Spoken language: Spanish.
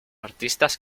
artistas